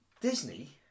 Disney